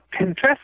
Pinterest